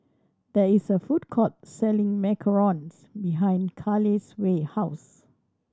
there is a food court selling macarons behind Caleigh's house